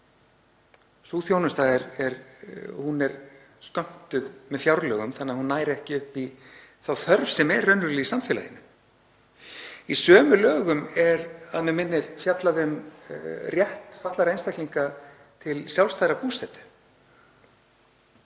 Sú þjónusta er skömmtuð með fjárlögum þannig að hún nær ekki upp í þá þörf sem er raunverulega til staðar í samfélaginu. Í sömu lögum er, að mig minnir, fjallað um rétt fatlaðra einstaklinga til sjálfstæðrar búsetu.